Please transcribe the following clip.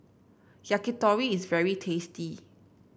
yakitori is very tasty